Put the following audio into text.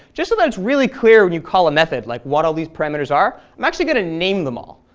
just so that it's really clear when you call a method like what all these parameters are i'm actually going to name them all.